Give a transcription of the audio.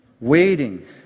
Waiting